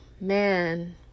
Man